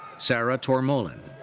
sarah tormollen.